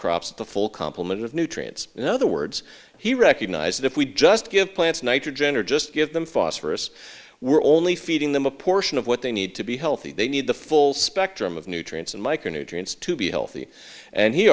crops the full complement of nutrients in other words he recognized that if we just give plants nitrogen or just give them phosphorus we're only feeding them a portion of what they need to be healthy they need the full spectrum of nutrients and micronutrients to be healthy and he